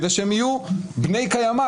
כדי שהם יהיו בני קיימא,